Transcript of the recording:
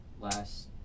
last